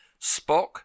Spock